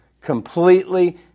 Completely